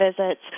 visits